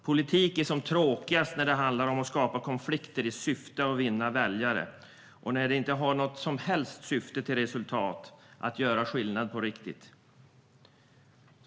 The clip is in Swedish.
Politik är som tråkigast när det handlar om att skapa konflikter i syfte att vinna väljare och när det inte har något som helst syfte att ge som resultat att göra skillnad på riktigt.